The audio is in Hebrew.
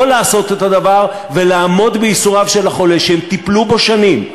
לא לעשות את הדבר ולעמוד בייסוריו של החולה שהם טיפלו בו שנים,